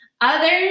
Others